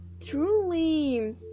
truly